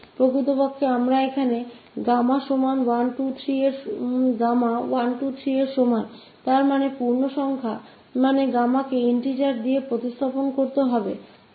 अगर हम लेते है 𝛾 को 123 मतलब integers अगर हम बदलते है 𝛾 को integers क साथ